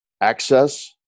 access